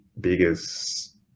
biggest